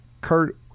kurt